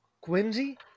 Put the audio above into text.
Quincy